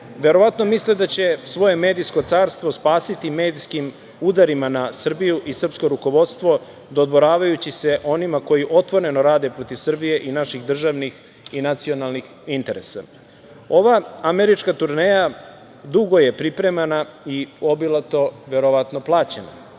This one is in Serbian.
Verovatno misle da će svoje medijsko carstvo spasiti medijskim udarima na Srbiju i srpsko rukovodstvo dodvoravajući se onima koji otvoreno rade protiv Srbije i naših državnih i nacionalnih interesa. Ova američka turneja dugo je pripremana i obilato verovatno plaćena.